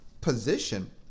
Position